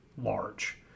large